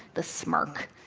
the smirk.